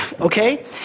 okay